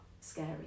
scary